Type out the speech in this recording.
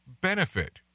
benefit